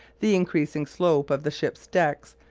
the increasing slope of the ship's decks,